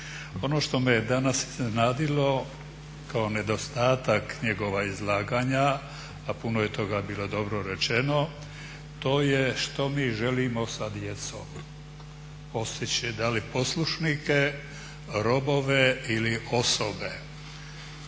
Ono što me je danas iznenadilo kao nedostatak njegova izlaganja, a puno je toga bilo rečeno, to je što mi želimo sa djecom postići, da li poslušnike, robove ili osobe.